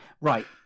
Right